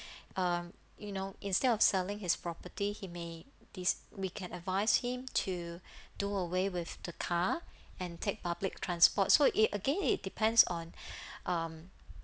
um you know instead of selling his property he may dis~ we can advise him to do away with the car and take public transports so it again it depends on um